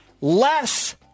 Less